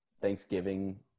Thanksgiving